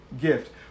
gift